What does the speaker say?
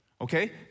Okay